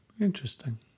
Interesting